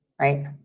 right